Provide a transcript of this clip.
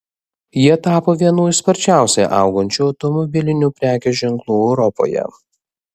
jie tapo vienu iš sparčiausiai augančių automobilinių prekės ženklų europoje